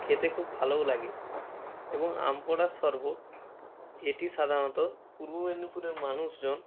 খেতে খুব ভালোও লাগে এবং আম পোড়ার শরবত এটি সাধারণত পূর্ব মেদিনীপুরের মানুষজন